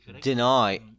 deny